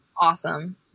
awesome